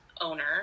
owner